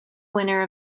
winner